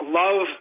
love